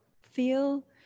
Feel